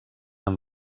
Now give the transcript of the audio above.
amb